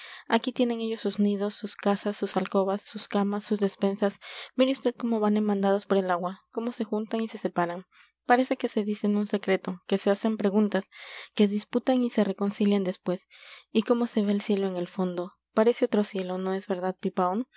aquí tienen ellos sus nidos sus casas sus alcobas sus camas sus despensas mire vd cómo van en bandadas por el agua cómo se juntan y se separan parece que se dicen un secreto que se hacen preguntas que disputan y se reconcilian después y cómo se ve el cielo en el fondo parece otro cielo no es verdad pipaón